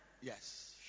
Yes